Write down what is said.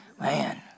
Man